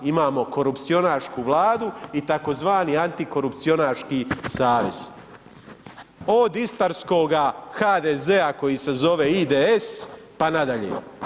Imamo korupcionašku vladu i tzv. antikorupcionaški savez, od Istarskoga HDZ-a koji se zove IDS pa nadalje.